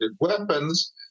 weapons